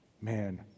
Man